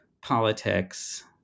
politics